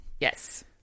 Yes